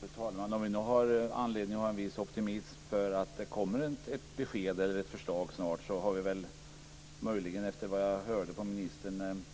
Fru talman! Om vi nu har anledning att känna viss optimism för att det kommer ett besked eller ett förslag snart, har vi möjligen, efter vad jag hörde av ministern,